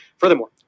Furthermore